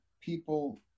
people